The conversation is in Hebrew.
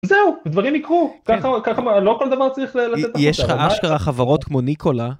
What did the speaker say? זהו, דברים יקרו. ככה, לא כל דבר צריך לצאת החוצה. יש לך אשכרה חברות כמו ניקולה.